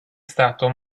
stato